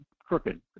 crooked